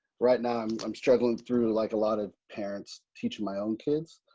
right now um i'm struggling through, like a lot of parents teaching my own kids.